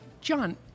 John